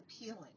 appealing